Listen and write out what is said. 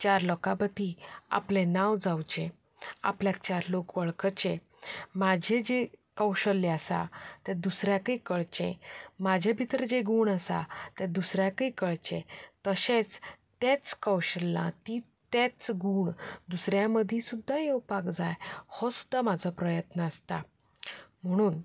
चार लोकां मदीं आपलें नांव जावचें आपल्याक चार लोक वळखचे म्हजी जीं कौशल्य आसा तें दुसऱ्याकय कळचें म्हजे भितर जे गूण आसा ते दुसऱ्याकय कळचे तशेंच तेच कौशल्यां तेच गूण दुसऱ्या मदीं सुद्दां येवपाक जाय हो सुद्दा म्हजो प्रयत्न आसता म्हणून